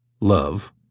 love